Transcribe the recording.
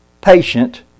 patient